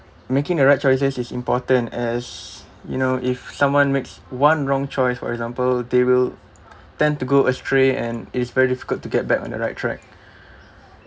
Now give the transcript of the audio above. making the right choices is important as you know if someone makes one wrong choice for example they will tend to go astray and is very difficult to get back on the right track